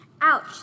Ouch